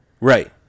Right